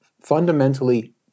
fundamentally